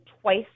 twice